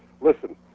listen